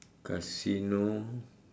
casino